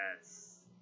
Yes